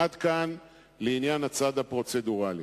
עד כאן לעניין הצד הפרוצדורלי.